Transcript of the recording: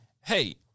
hey